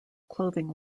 clothing